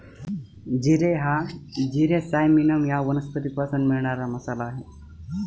जिरे हा जिरे सायमिनम या वनस्पतीपासून मिळणारा मसाला आहे